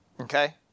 Okay